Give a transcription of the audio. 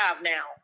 now